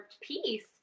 piece